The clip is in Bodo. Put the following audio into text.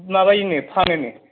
माबायोनो फानो नो